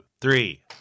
three